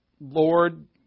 Lord